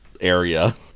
area